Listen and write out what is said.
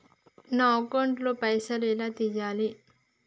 నా అకౌంట్ ల పైసల్ ఎలా తీయాలి?